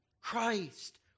Christ